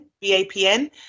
B-A-P-N